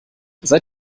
seit